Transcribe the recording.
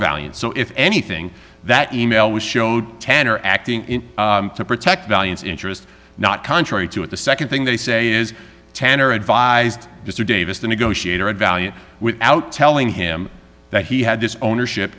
valient so if anything that email was showed ten or acting to protect valiance interest not contrary to it the nd thing they say is tanner advised mr davis the negotiator at value without telling him that he had this ownership